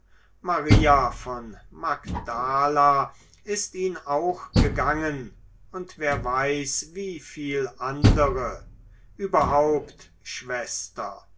maria von magdala ist ihn auch gegangen und wer weiß wie viel andere überhaupt schwester